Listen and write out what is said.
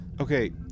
Okay